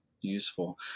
useful